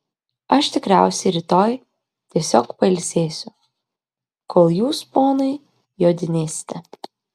aš tikriausiai rytoj tiesiog pailsėsiu kol jūs ponai jodinėsite